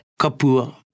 Kapua